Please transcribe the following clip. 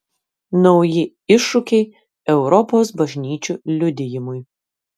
nauji iššūkiai europos bažnyčių liudijimui